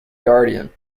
guardian